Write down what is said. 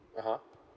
(uh huh)